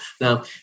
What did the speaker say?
Now